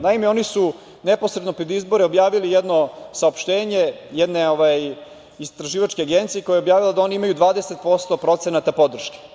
Naime, oni su neposredno pred izbore objavili jedno saopštenje jedne istraživačke agencije koja je objavila da oni imaju 20% podrške.